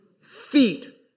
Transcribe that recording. Feet